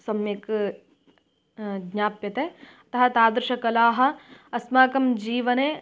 सम्यक् ज्ञाप्यते अतः तादृशकलाः अस्माकं जीवने